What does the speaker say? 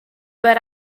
but